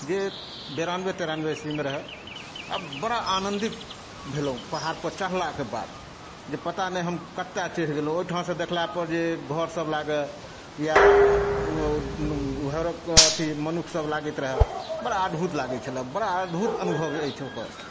जे बिरानबे तिरानबे ईस्वीमे रहै आ बड़ा आनन्दित भेलहुँ पहाड़पर चढ़लाके बाद जे पता नहि हम कतय चढ़ि गेलहुँ ऊपर देखलापर जे घरसभ लागए या अथी मनुष्यसभ लागैत रहए बड़ा अदभुत लागैत छले बड़ा अद्भुत अनुभव अछि ओकर